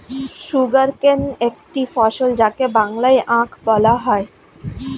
sugarcane একটি ফসল যাকে বাংলায় আখ বলা হয়